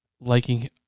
liking